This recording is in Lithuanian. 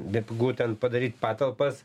bet būtent padaryt patalpas